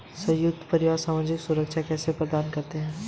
संयुक्त परिवार सामाजिक सुरक्षा कैसे प्रदान करते हैं?